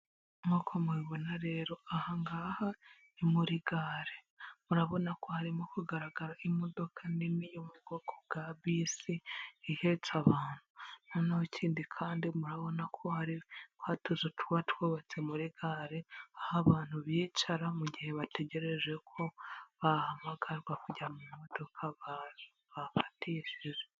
Nk'uko mubibona rero aha ngaha ni muri gare murabona ko harimo kugaragara imodoka nini yo mu bwoko bwa bisi ihetse abantu, noneho ikindi kandi murabona ko hari twa tuzu tuba twubatse muri gare, aho abantu bicara mu gihe bategereje ko bahamagarwa kujya mu modoka bakatishije.